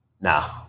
Nah